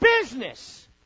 business